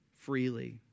freely